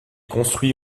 construit